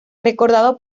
recordado